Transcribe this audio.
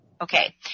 Okay